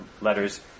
letters